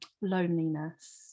loneliness